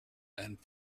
and